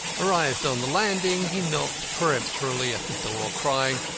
arrived on the landing he knocked peremptorily at the door, crying,